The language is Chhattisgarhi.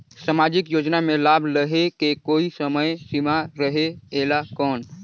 समाजिक योजना मे लाभ लहे के कोई समय सीमा रहे एला कौन?